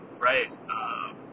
right